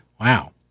Wow